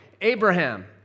Abraham